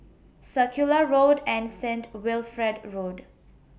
Circular Road and Saint Wilfred Road